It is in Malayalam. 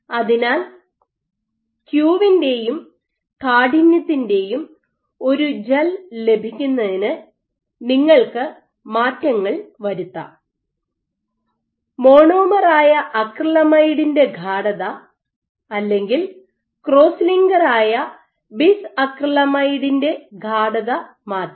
അതിനാൽ ക്യു വിന്റെയും കാഠിന്യത്തിന്റെയും ഒരു ജെൽ ലഭിക്കുന്നതിന് നിങ്ങൾക്ക് മാറ്റങ്ങൾ വരുത്താം മോണോമർ ആയ അക്രിലൈമൈഡിന്റെ ഗാഡത അല്ലെങ്കിൽ ക്രോസ് ലിങ്കർ ആയ ബിസ് അക്രിലാമൈഡിന്റെ ഗാഡത മാറ്റാം